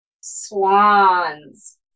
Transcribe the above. swans